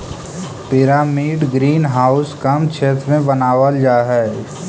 pyramid green house कम क्षेत्र में बनावाल जा हई